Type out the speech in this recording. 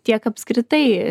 tiek apskritai